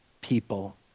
people